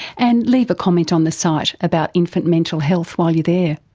and leave a comment on the site about infant mental health while you're there.